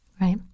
Right